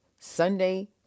sunday